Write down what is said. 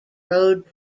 road